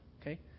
Okay